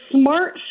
smart